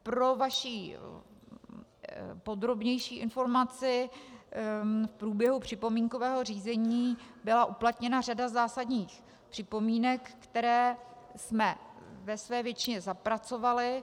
Pro vaši podrobnější informaci, v průběhu připomínkového řízení byla uplatněna řada zásadních připomínek, které jsme ve své většině zapracovali.